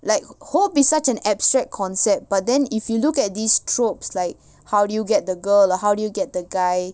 like hope is such an abstract concept but then if you look at these tropes like how do you get the girl or how do you get the guy